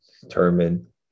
determine